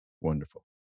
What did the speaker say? wonderful